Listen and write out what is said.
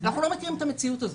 אנחנו לא מכירים את המציאות הזאת.